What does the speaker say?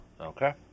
Okay